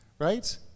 right